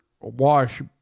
wash